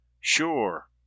Sure